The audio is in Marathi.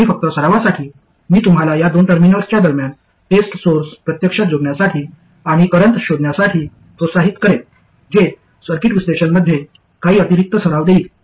आणि फक्त सरावासाठी मी तुम्हाला या दोन टर्मिनल्सच्या दरम्यान टेस्ट सोर्स प्रत्यक्षात जोडण्यासाठी आणि करंट शोधण्यासाठी प्रोत्साहित करेन जे सर्किट विश्लेषणामध्ये काही अतिरिक्त सराव देईल